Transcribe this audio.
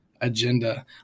agenda